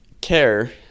Care